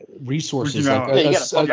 resources